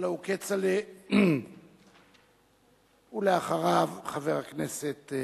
הלוא הוא כצל'ה, ואחריו, חבר הכנסת מולה.